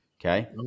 Okay